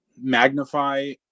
magnify